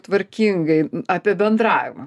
tvarkingai apie bendravimą